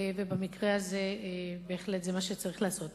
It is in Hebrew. ובמקרה הזה בהחלט זה מה שצריך לעשות.